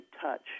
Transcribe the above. touch